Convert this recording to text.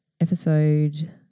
episode